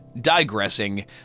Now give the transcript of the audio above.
digressing